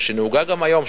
ושנהוגה גם היום,